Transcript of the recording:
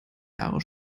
jahre